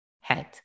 head